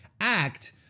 act